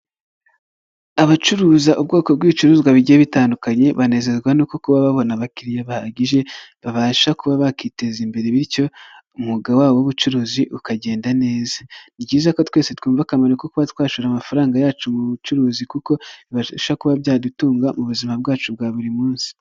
Abacuruza ubwoko bw'ibicuruzwa bigiye bitandukanye banezezwa no kuba babona abakiriya bahagije babasha kuba bakiteza imbere bityo umwuga wabo w'ubucuruzi ukagenda neza, ni byiza ko twese twumva akamaro ko kuba twashora amafaranga yacu mu bucuruzi kuko bibasha kuba byadutunga mu buzima bwacu bwa buri munsi.